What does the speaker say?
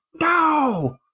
No